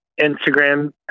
Instagram